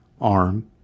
arm